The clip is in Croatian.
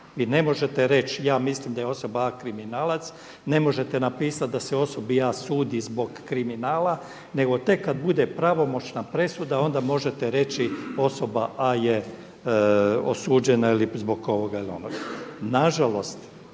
Vi ne možete reći da je osoba A kriminalac ne možete napisati da se osobi A sudi zbog kriminala nego tek kada bude pravomoćna presuda onda možete reći osoba A je osuđena ili zbog ovoga ili